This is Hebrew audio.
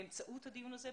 באמצעות הדיון הזה,